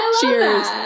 cheers